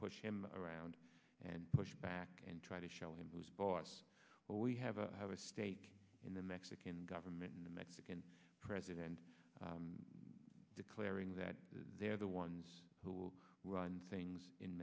push him around and push back and try to show him who's boss but we have a stake in the mexican government and the mexican president declaring that they're the ones who run things in